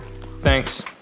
Thanks